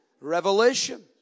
Revelation